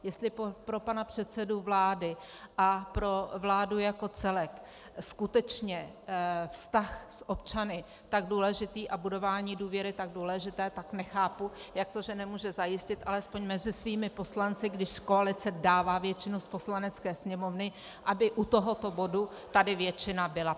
Jestli pro pana předsedu vlády a pro vládu jako celek skutečně je vztah s občany tak důležitý a budování důvěry tak důležité, tak nechápu, jak to, že nemůže zajistit alespoň mezi svými poslanci, když koalice dává většinu z Poslanecké sněmovny, aby u tohoto bodu tady většina byla.